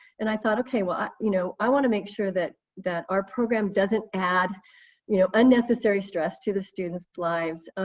and i thought, okay, well, ah you know i want to make sure that that our program doesn't add you know unnecessary stress to the students' lives,